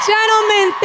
Gentlemen